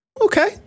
Okay